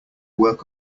work